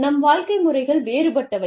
நம் வாழ்க்கை முறைகள் வேறுபட்டவை